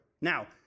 Now